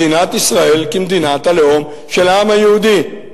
מדינת ישראל היא מדינת הלאום של העם היהודי?